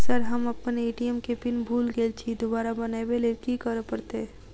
Sir हम अप्पन ATM केँ पिन भूल गेल छी दोबारा बनाबै लेल की करऽ परतै?